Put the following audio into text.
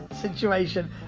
situation